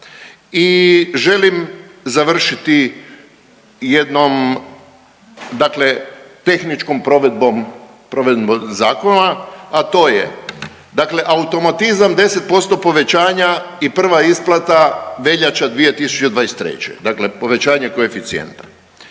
I želim završiti jednom dakle tehničkom provedbom, provedbom zakona, a to je dakle automatizam 10% povećanja i prva isplata veljača 2023., dakle povećanje koeficijenta,